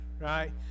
right